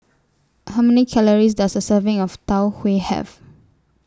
How Many Calories Does A Serving of Tau Huay Have